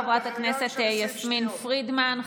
תודה רבה, חברת הכנסת יסמין פרידמן.